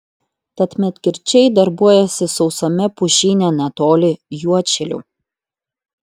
tad medkirčiai darbuojasi sausame pušyne netoli juodšilių